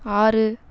ஆறு